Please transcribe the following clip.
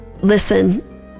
Listen